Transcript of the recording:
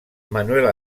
manuel